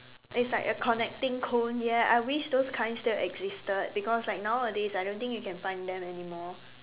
it's like a connecting cone ya I wish those kind still existed because like nowadays I don't think you can find them anymore